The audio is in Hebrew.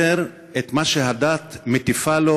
חודש הרמדאן הוא חודש מופלא,